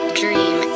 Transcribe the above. dream